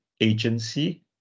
agency